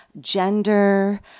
gender